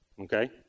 okay